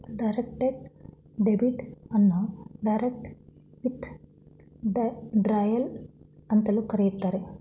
direct debit ಅನ್ನು direct withdrawal ಅಂತಲೂ ಕರೆಯುತ್ತಾರೆ